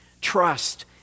Trust